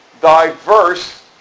diverse